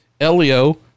Elio